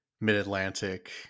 mid-Atlantic